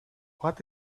what